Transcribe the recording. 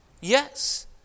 Yes